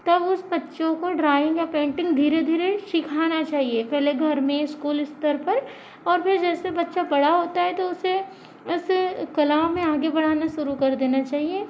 तब उस बच्चों को ड्रॉइंग या पेंटिंग धीरे धीरे सीखना चाहिए पहले घर में स्कूल स्तर पर और फिर जैसे बच्चा बड़ा होता है तो उसे उसे कला में आगे बढ़ाना शुरू कर देना चाहिए